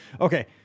Okay